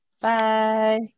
Bye